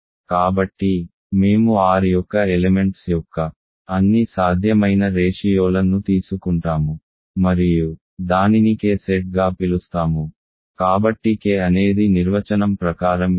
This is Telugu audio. కాబట్టి మేము R యొక్క ఎలెమెంట్స్ యొక్క అన్ని సాధ్యమైన రేషియోల ను తీసుకుంటాము మరియు దానిని K సెట్ గా పిలుస్తాము కాబట్టి K అనేది నిర్వచనం ప్రకారం ఇది